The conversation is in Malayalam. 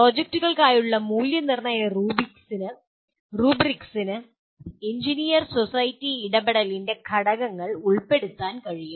പ്രോജക്റ്റുകൾക്കായുള്ള മൂല്യനിർണ്ണയ റൂബ്രിക്സിന് എഞ്ചിനീയർ സൊസൈറ്റി ഇടപെടലിന്റെ ഘടകങ്ങൾ ഉൾപ്പെടുത്താൻ കഴിയും